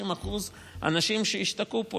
90% אנשים שהשתקעו פה,